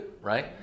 right